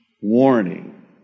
warning